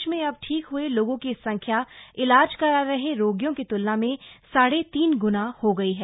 देश में अब ठीक हए लोगों की संख्या इलाज करा रहे रोगियों की तूलना में साढ़े तीन ग्ना हो गयी है